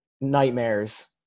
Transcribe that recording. nightmares